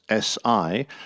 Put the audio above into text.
SI